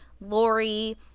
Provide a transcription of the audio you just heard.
Lori